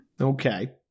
Okay